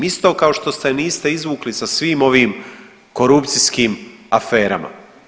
Isto kao što ste niste izvukli sa svim ovim korupcijskim aferama.